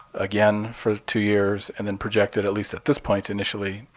again for two years and then projected, at least at this point initially,